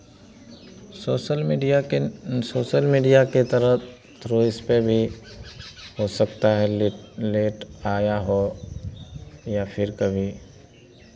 social media के social media के तरह कोई इस पे भी हो सकता है लेट लेट आया हो या फिर कभी